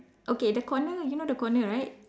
okay the corner you know the corner right